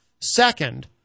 second